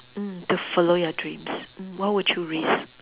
mm to follow your dreams mm what would you risk